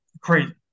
crazy